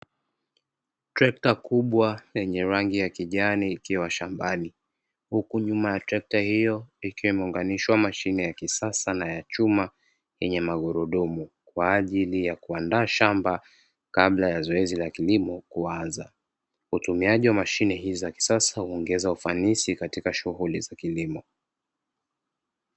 Trekta kubwa lenye rangi ya kijani ikiwa shambani huku nyuma ya trekta hiyo ikiwa imeunganishwa na mashine ya kisasa ya chuma yenye magurudumu kwa ajili ya kuandaa shamba kabla ya zoezi la kilimo kuanza. Utumiaji wa mashine hizi za kisasa huongeza ufanisi katika shughuli za kilimo.